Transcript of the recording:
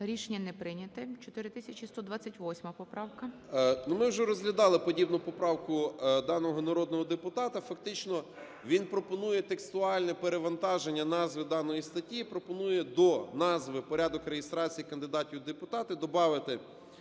Рішення не прийнято. 4128 поправка. 17:39:51 СИДОРОВИЧ Р.М. Ну, ми вже розглядали подібну поправку даного народного депутата. Фактично він пропонує текстуальне перевантаження назви даної статті, пропонує до назви "Порядок реєстрації кандидатів в депутати" добавити: